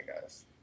guys